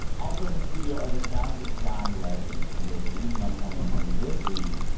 also in studio are the sounds of john legend, and there's a reason i'm playing him this week.